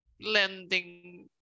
landing